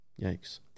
Yikes